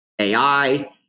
ai